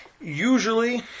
Usually